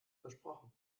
versprochen